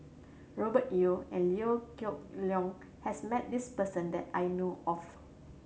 Robert Yeo and Liew Geok Leong has met this person that I know of